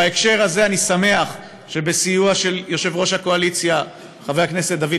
בהקשר הזה אני שמח שבסיוע של יושב-ראש הקואליציה חבר הכנסת דוד